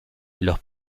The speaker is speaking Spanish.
los